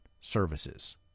services